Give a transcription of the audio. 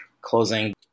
closing